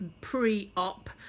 pre-op